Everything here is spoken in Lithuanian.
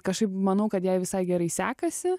kažkaip manau kad jai visai gerai sekasi